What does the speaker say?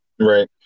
Right